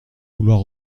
vouloir